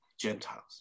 Gentiles